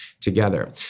together